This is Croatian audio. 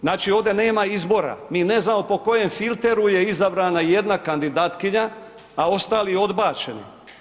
Znači ovdje nema izbora, mi ne znamo po kojem filteru je izabrana jedna kandidatkinja, a ostali odbačeni.